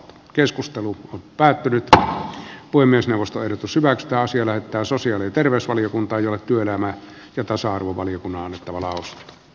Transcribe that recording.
keskustelu on päättynyt taho voi myös neuvoston pysyvät pääosin että sosiaali terveysvaliokunta ajoi työelämää ja tasa arvovaliokunnan itävallalle